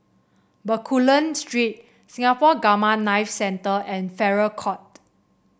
Bencoolen Street Singapore Gamma Knife Centre and Farrer Court